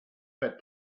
pet